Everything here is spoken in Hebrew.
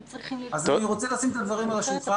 אז אני רוצה לשים את הדברים על השולחן.